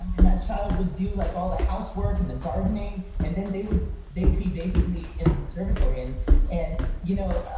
and that child would do like all the housework and the gardening and then they would be basically in a conservatory. and and you know